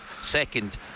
second